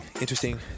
interesting